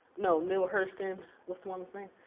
no neale hurston, what's the woman's name?